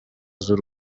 z’u